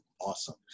awesome